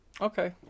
Okay